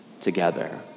together